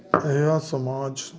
ਇਹ ਆ ਸਮਾਜ